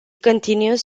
continues